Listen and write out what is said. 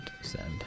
Send